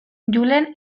julen